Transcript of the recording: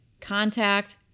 contact